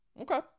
Okay